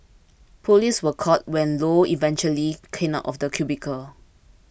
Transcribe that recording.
police were called when Low eventually came out of the cubicle